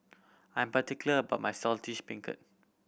I am particular about my Saltish Beancurd